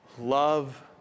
Love